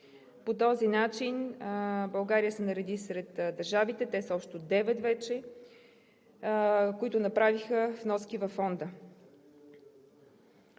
По този начин България се нареди сред държавите, те са вече общо девет, които направиха вноски във Фонда.